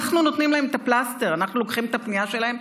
אנחנו נותנים להם את הפלסטר: אנחנו לוקחים את הפנייה שלהם,